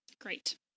Great